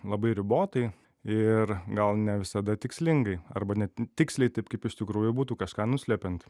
labai ribotai ir gal ne visada tikslingai arba ne tiksliai taip kaip iš tikrųjų būtų kažką nuslepiant